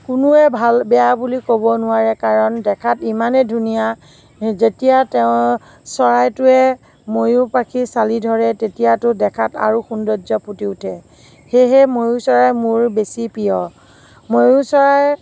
কোনোৱে ভাল বেয়া বুলি ক'ব নোৱাৰে কাৰণ দেখাত ইমানে ধুনীয়া যেতিয়া তেওঁ চৰাইটোৱে ময়ূৰ পাখি চালি ধৰে তেতিয়াতো দেখাত আৰু সৌৰ্ন্দয্য ফুটি উঠে সেয়েহে ময়ূৰ চৰাই মোৰ বেছি প্ৰিয় ময়ূৰ চৰাই